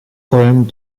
poèmes